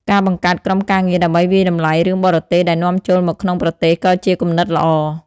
ការបង្កើតក្រុមការងារដើម្បីវាយតម្លៃរឿងបរទេសដែលនាំចូលមកក្នុងប្រទេសក៏ជាគំនិតល្អ។